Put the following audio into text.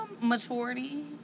Maturity